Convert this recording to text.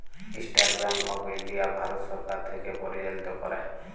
State bank of India Bharat সরকার থ্যাকে পরিচালিত ক্যরে